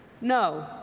no